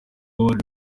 abantu